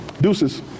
Deuces